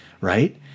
right